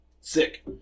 sick